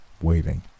waiting